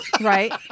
right